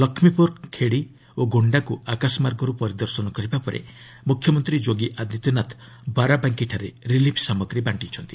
ଲକ୍ଷ୍ମୀପୁର ଫେଡ଼ି ଓ ଗୋଷ୍ଠାକୁ ଆକାଶମାର୍ଗରୁ ପରିଦର୍ଶନ କରିବାପରେ ମୁଖ୍ୟମନ୍ତ୍ରୀ ଯୋଗୀ ଆଦିତ୍ୟନାଥ ବାରାବାଙ୍କିଠାରେ ରିଲିଫ୍ ସାମଗ୍ରୀ ବାଣ୍ଢିଛନ୍ତି